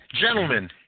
gentlemen